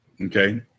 Okay